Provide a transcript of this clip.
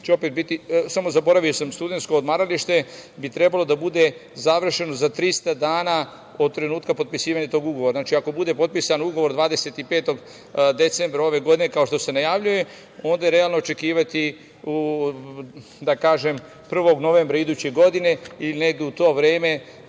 Samo, zaboravio sam, studensko odmaralište bi trebalo da bude završeno za 300 dana od trenutka potpisivanja tog ugovora. Znači, ako bude potpisan ugovor 25. decembra ove godine, kao što se najavljuje, onda je realno očekivati, da kažem, 1. novembra iduće godine ili negde u to vreme